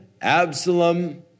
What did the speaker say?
Absalom